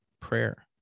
prayer